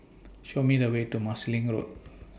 Show Me The Way to Marsiling Road